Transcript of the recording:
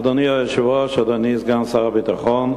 אדוני היושב-ראש, אדוני סגן שר הביטחון,